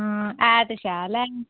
हां ऐ ते शैल ऐ